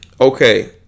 Okay